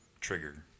trigger